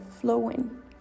flowing